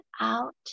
out